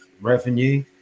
revenue